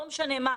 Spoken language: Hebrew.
לא משנה מה,